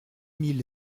mille